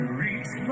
reach